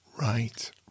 right